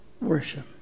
worship